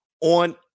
on